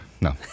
No